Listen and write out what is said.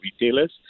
retailers